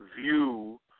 view